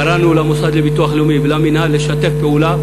קראנו למוסד לביטוח לאומי ולמינהל לשתף פעולה.